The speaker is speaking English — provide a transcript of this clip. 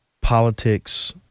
politics